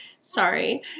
Sorry